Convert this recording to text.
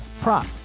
prop